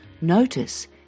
Notice